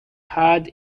heard